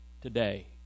today